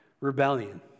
rebellion